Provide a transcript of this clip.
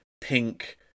pink